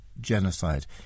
genocide